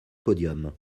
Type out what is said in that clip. podium